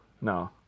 no